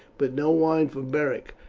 but no wine for beric.